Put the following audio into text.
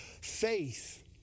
faith